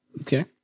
okay